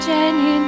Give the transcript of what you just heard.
Jenny